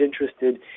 interested